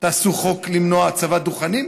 תעשו חוק למנוע הצבת דוכנים?